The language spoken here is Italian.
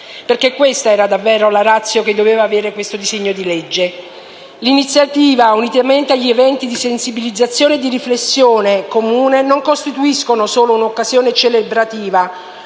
Questa era davvero la *ratio* che doveva avere il disegno di legge in esame. L'iniziativa, unitamente agli eventi di sensibilizzazione e di riflessione comune, non costituiscono solo un'occasione celebrativa